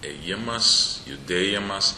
ėjimas judėjimas